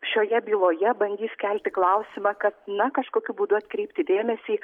šioje byloje bandys kelti klausimą kad na kažkokiu būdu atkreipti dėmesį